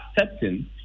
accepting